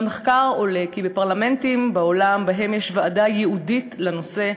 מהמחקר עולה כי בפרלמנטים בעולם שבהם יש ועדה ייעודית לנושא,